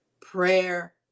Prayer